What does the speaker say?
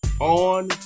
on